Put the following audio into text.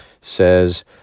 says